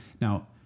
now